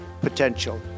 potential